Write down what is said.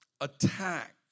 attack